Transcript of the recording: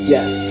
Yes